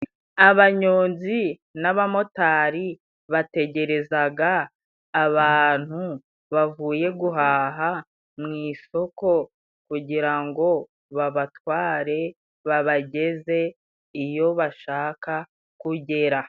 Abanyonzi n'abamotari, bategereza abantu bavuye guhaha mu isoko, kugira ngo babatware babageze iyo bashaka kugera.